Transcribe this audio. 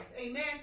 Amen